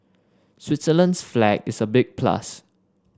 Switzerland's flag is a big plus